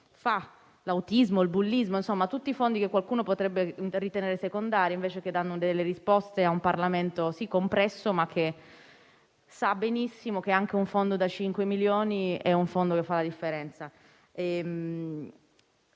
per l'autismo e il bullismo. Insomma, penso a tutti quei fondi che qualcuno potrebbe ritenere secondari e che, invece, danno delle risposte a un Parlamento, sì compresso, ma che sa benissimo che anche un fondo da 5 milioni fa la differenza.